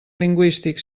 lingüístic